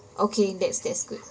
okay that's that's good